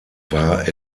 war